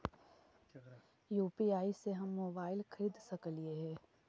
UPI से हम mobile खरिद सकलिऐ है